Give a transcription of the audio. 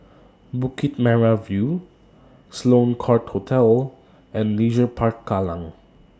Bukit Merah View Sloane Court Hotel and Leisure Park Kallang